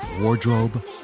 wardrobe